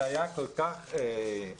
זה היה כל כך אפריורי,